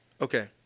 Okay